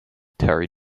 terry